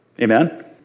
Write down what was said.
Amen